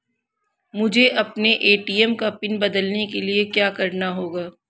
मुझे अपने ए.टी.एम का पिन बदलने के लिए क्या करना होगा?